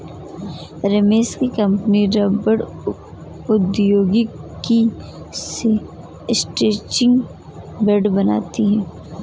रमेश की कंपनी रबड़ प्रौद्योगिकी से स्ट्रैचिंग बैंड बनाती है